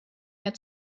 mehr